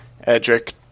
Edric